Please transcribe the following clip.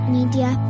Media